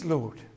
Lord